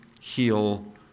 heal